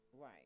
Right